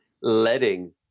letting